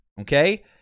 Okay